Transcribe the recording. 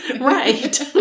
right